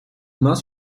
нас